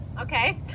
Okay